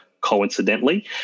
coincidentally